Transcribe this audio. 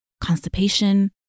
constipation